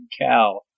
cow